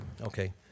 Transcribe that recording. Okay